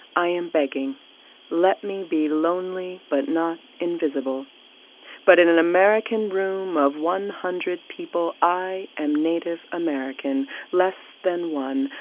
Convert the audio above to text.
i am begging let me be lonely but not invisible but in an american room of one hundred people, i am native american less than one,